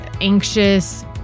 anxious